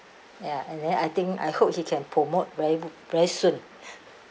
ya and then I think I hope he can promote very very soon